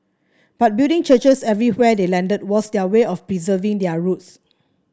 but building churches everywhere they landed was their way of preserving their roots